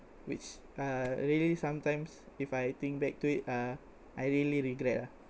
which uh really sometimes if I think back to it uh I really regret lah